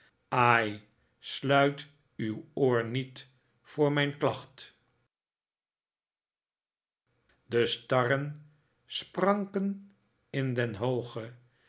ai sluit uw oor niet voor mijn klacht de starren spranken in den hooge